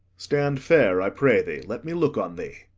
stand fair, i pray thee let me look on thee.